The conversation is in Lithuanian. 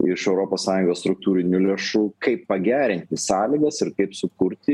iš europos sąjungos struktūrinių lėšų kaip pagerinti sąlygas ir kaip sukurti